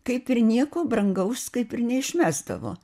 kaip ir nieko brangaus kaip ir neišmesdavo